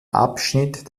abschnitt